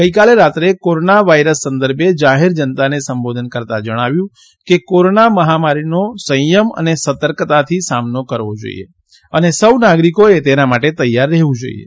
ગઇકાલે રાત્રે corona virus સંદર્ભે માં જાહેર જનતાને સંબોધન કરતા જણાવ્યું કે કોરોના મહામારીનો સંયમ અને સતર્કતાથી સામનો કરવો જોઇએ અને સૌ નાગરીકોએ તેના માટે તૈયાર રહેવું જોઇએ